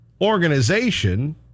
organization